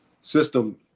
system